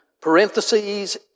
parentheses